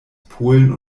polen